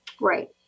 Right